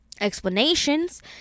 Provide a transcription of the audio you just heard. Explanations